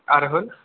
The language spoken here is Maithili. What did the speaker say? अरहुल